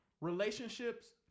relationships